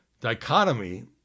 dichotomy